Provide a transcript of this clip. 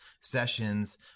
sessions